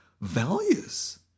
values